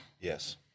Yes